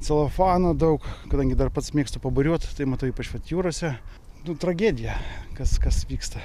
celofano daug kadangi dar pats mėgstu paburiuot tai matau ypač vat jūrose nu tragedija kas kas vyksta